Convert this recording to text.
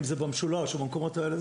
אם זה במשולש או במקומות הללו,